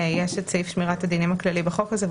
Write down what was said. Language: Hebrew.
יש את סעיף שמירת הדינים הכללי בחוק הזה,